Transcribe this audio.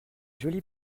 jolie